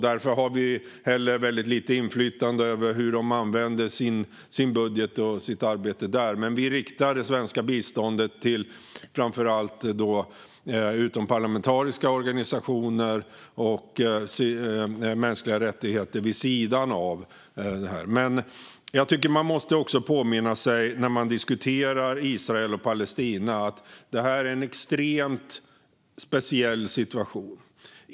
Därför har vi också mycket lite inflytande över hur man där använder sin budget och hur arbetet sker. Vi riktar det svenska biståndet framför allt till utomparlamentariska organisationer och till arbete för mänskliga rättigheter som sker vid sidan av detta. När man diskuterar Israel och Palestina måste man påminna sig om att detta handlar om en extremt speciell situation.